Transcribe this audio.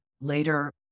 later